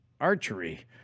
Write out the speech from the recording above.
archery